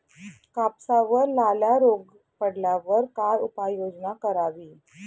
कापसावर लाल्या रोग पडल्यावर काय उपाययोजना करावी?